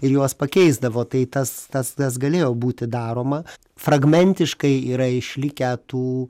ir juos pakeisdavo tai tas tas tas galėjo būti daroma fragmentiškai yra išlikę tų